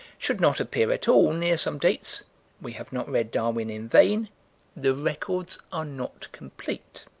should not appear at all near some dates we have not read darwin in vain the records are not complete.